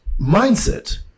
mindset